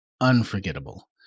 unforgettable